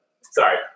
sorry